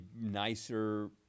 nicer –